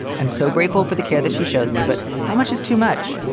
i'm so grateful for the care that she shows me. but how much is too much?